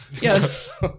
Yes